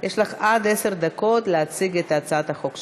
יש לך עד עשר דקות להציג את הצעת החוק שלך.